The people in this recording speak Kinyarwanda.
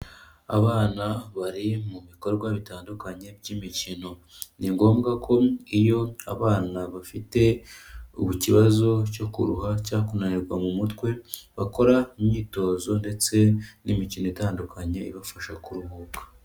Abana bari mu bikorwa bitandukanye by'imikino, ni ngombwa ko iyo abana bafite ikibazo cyangwa kuruha cyo kunanirwa mu mutwe, bakora imyitozo ndetse n'imikino itandukanye ibafasha kuruhuka.